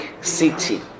city